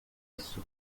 isso